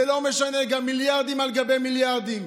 זה לא משנה, גם מיליארדים על גבי מיליארדים.